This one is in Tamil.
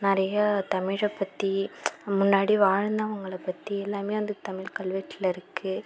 நிறைய தமிழை பற்றி முன்னாடி வாழ்ந்தவங்களை பற்றி எல்லாமே வந்து தமிழ் கல்வெட்டில் இருக்கு